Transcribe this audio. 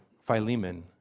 Philemon